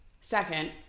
Second